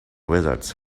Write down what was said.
wizards